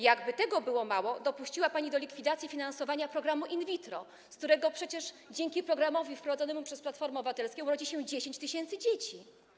Jakby tego było mało, dopuściła pani do likwidacji finansowania programu in vitro, z którego przecież, dzięki temu, że został wprowadzony przez Platformę Obywatelską, urodzi się 10 tys. dzieci.